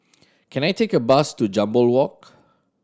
can I take a bus to Jambol Walk